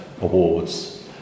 Awards